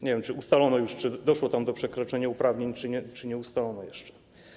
Nie wiem, czy ustalono już, czy doszło tam do przekroczenia uprawnień, czy nie ustalono tego jeszcze.